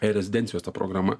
rezidencijos ta programa